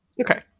Okay